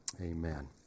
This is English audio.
amen